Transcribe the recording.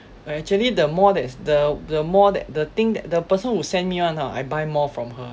uh actually the more that's the the more that the thing that the person who sent me one ah I buy more from her